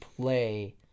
play